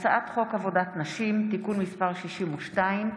הצעת חוק עבודת נשים (תיקון מס' 62)